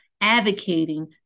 advocating